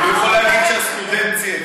עוד היא יכולה להגיד שהסטודנט צייץ,